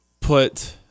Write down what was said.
put